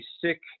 sick